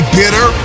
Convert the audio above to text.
bitter